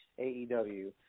AEW